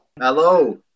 Hello